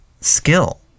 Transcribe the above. skill